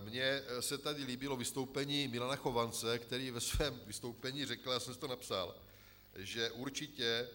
Mně se tady líbilo vystoupení Milana Chovance, který ve svém vystoupení řekl, já jsem si to napsal, že určitě